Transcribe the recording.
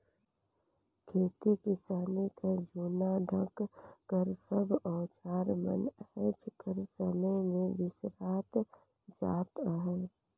खेती किसानी कर जूना ढंग कर सब अउजार मन आएज कर समे मे बिसरात जात अहे